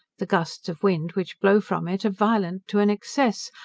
the gusts of wind which blow from it are violent to an excess,